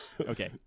Okay